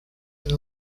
and